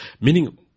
Meaning